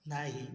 नाही